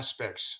aspects